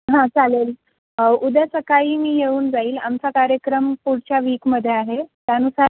हां चालेल उद्या सकाळी मी येऊन जाईल आमचा कार्यक्रम पुढच्या वीकमध्ये आहे त्यानुसार